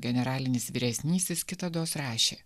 generalinis vyresnysis kitados rašė